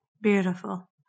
Beautiful